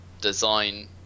design